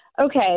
Okay